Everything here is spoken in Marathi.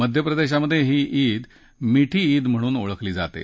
मध्यप्रदेशात ही ईद मिठी ईद म्हणून ओळखली जाते